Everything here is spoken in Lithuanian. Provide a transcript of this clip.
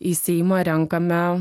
į seimą renkame